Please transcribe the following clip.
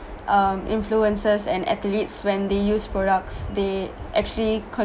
um influencers and athletes when they use products they actually